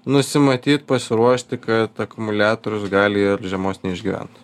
nusimatyt pasiruošti kad akumuliatorius gali ir žiemos neišgyvent